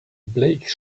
blake